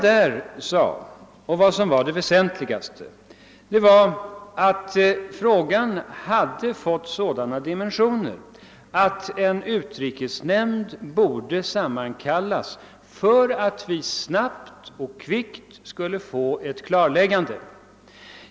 Det väsentligaste av vad jag då sade var att frågan hade fått sådana dimensioner att utrikesnämnden borde sammankallas för att vi snabbt skulle få ett klarläggande.